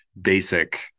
basic